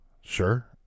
Sure